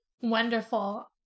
wonderful